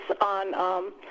on –